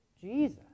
Jesus